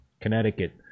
Connecticut